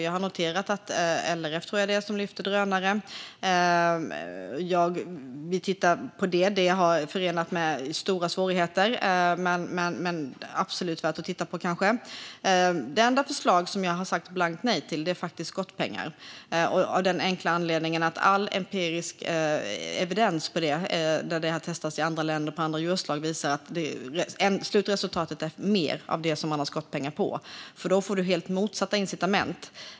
Jag har noterat att LRF, tror jag, lyfter fram förslaget om drönare, och vi tittar på det. Det är förenat med stora svårigheter men är absolut värt att titta på, kanske. Det enda förslag jag har sagt blankt nej till är faktiskt skottpengar, av den enkla anledningen att all evidens från andra länder där detta har testats på andra djurslag visar att slutresultatet blir mer av det som man har skottpengar på. Då får du helt motsatta incitament.